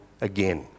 again